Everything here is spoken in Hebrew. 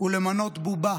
ולמנות בובה